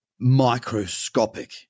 microscopic